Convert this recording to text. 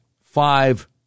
five